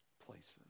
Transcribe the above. places